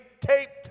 taped